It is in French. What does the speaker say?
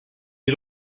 est